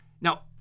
Now